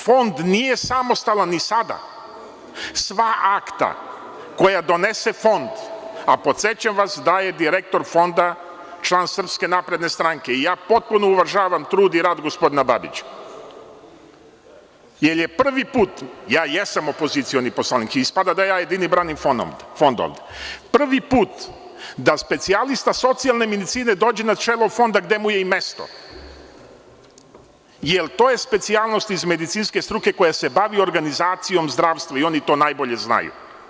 Fond nije samostalan ni sada, sva akta koja donese Fond, a podsećam vas da je direktor Fonda član Srpske napredne stranke i ja potpuno uvažavam trud i rad gospodina Babića, jer je prvi put, ja jesam opozicioni poslanik, ispada da ja jedni branim Fond ovde, prvi put je da specijalista socijalne medicine dođe na čelo Fonda, gde mu je i mesto, jer to je specijalnost iz medicinske struke koja se bavi organizacijom zdravstva i oni to najbolje znaju.